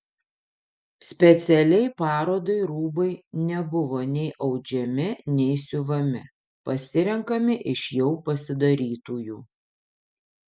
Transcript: specialiai parodai rūbai nebuvo nei audžiami nei siuvami pasirenkami iš jau pasidarytųjų